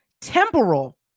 temporal